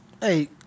Hey